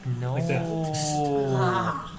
No